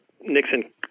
Nixon